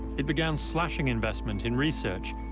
it began slashing investment in research,